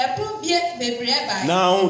Now